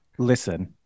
Listen